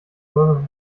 further